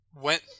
went